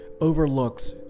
overlooks